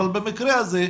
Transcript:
במקרה הזה,